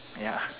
ya